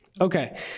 okay